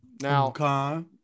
Now